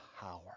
power